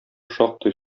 шактый